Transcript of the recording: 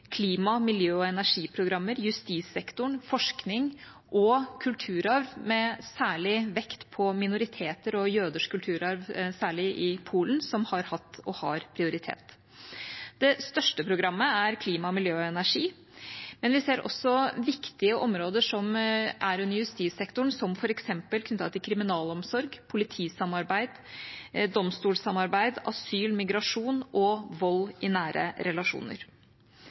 klima-, miljø- og energiprogrammer, justissektoren, forskning og kulturarv med særlig vekt på minoriteter og jøders kulturarv, særlig i Polen, som har hatt og har prioritet. Det største programmet er klima, miljø og energi, men vi ser også viktige områder under justissektoren, f.eks. knyttet til kriminalomsorg, politisamarbeid, domstolsamarbeid, asyl, migrasjon og vold i nære relasjoner.